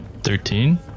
Thirteen